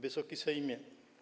Wysoki Sejmie!